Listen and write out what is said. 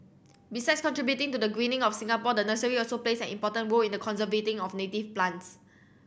besides contributing to the greening of Singapore the nursery also plays an important role in the conservation of native plants